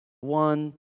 one